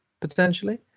potentially